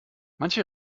manche